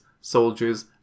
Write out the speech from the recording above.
soldiers